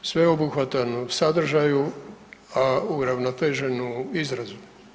Sveobuhvatan u sadržaju, a uravnotežen u izrazu.